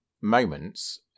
moments